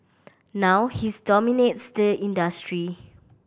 now his dominates the industry